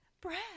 Brad